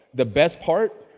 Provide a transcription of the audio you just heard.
the best part,